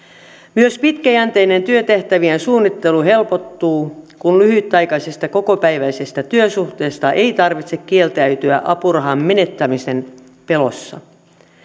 myös pitkäjänteinen työtehtävien suunnittelu helpottuu kun lyhytaikaisesta kokopäiväisestä työsuhteesta ei tarvitse kieltäytyä apurahan menettämisen pelossa